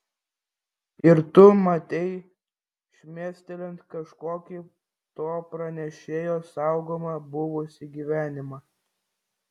ir tu matei šmėstelint kažkokį to pranešėjo saugomą buvusį gyvenimą